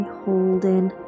holding